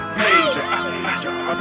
major